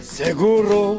seguro